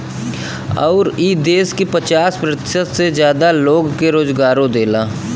अउर ई देस के पचास प्रतिशत से जादा लोग के रोजगारो देला